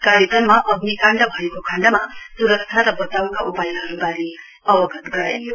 कार्यक्रममा अग्नि काण्ड भएको खण्डमा स्रक्षा र बचाउका उपायहरूबारे अवगत गराइयो